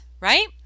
right